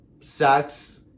sex